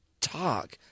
talk